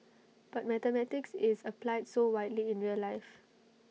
but mathematics is applied so widely in real life